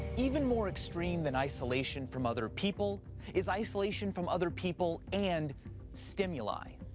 even more extreme than isolation from other people is isolation from other people and stimuli.